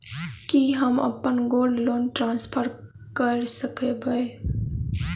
की हम अप्पन gold loan transfer करऽ सकबै?